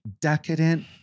decadent